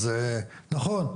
אז, נכון,